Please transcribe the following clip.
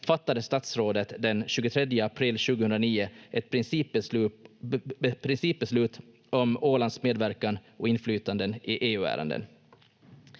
fattade statsrådet den 23 april 2009 ett principbeslut om Ålands medverkan och inflytanden i EU-ärenden.